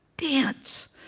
dance!